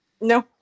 No